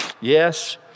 Yes